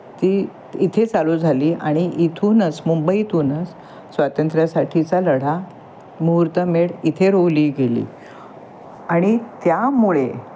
ती इथे चालू झाली आणि इथूनच मुंबईतूनच स्वातंत्र्यासाठीचा लढा मुहूर्तमेढ इथे रोवली गेली आणि त्यामुळे